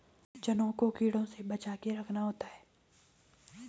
चनों को कीटों से बचाके रखना होता है